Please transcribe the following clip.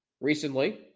recently